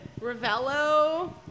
Ravello